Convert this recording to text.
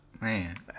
Man